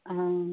हाँ